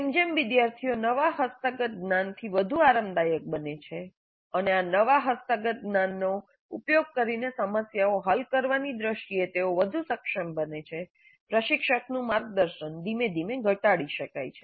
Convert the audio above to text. જેમ જેમ વિદ્યાર્થીઓ નવા હસ્તગત જ્ઞાનથી વધુ આરામદાયક બને છે અને આ નવા હસ્તગત જ્ઞાનનો ઉપયોગ કરીને સમસ્યાઓ હલ કરવાની દ્રષ્ટિએ તેઓ વધુ સક્ષમ બને છે પ્રશિક્ષકનું માર્ગદર્શન ધીમે ધીમે ઘટાડી શકાય છે